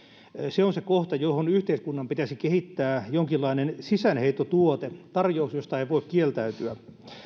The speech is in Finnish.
se on se kohta johon yhteiskunnan pitäisi kehittää jonkinlainen sisäänheittotuote tarjous josta ei voi kieltäytyä